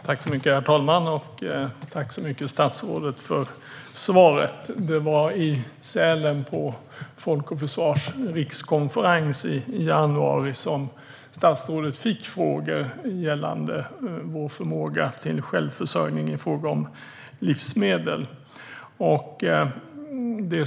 Herr talman! Jag tackar statsrådet så mycket för interpellationssvaret. Det var i Sälen på Folk och Försvars rikskonferens i januari som statsrådet fick frågor gällande vår förmåga till självförsörjning i fråga om livsmedel.